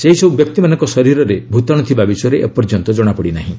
ସେହିସବ୍ର ବ୍ୟକ୍ତିମାନଙ୍କ ଶରୀରରେ ଭୂତାଣୁ ଥିବା ବିଷୟରେ ଏପର୍ଯ୍ୟନ୍ତ ଜଣାପଡ଼ି ନାହିଁ